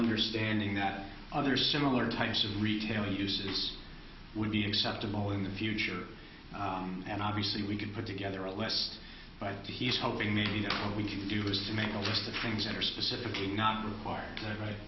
understanding that other similar types of retail use would be acceptable in the future and obviously we could put together a list but he's hoping maybe we can do is to make a list of things that are specifically not required t